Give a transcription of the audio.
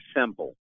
simple